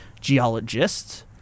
geologists